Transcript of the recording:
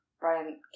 Brian